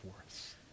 words